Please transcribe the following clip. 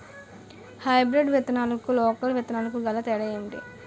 Hybrid విత్తనాలకు local విత్తనాలకు గల తేడాలు ఏంటి?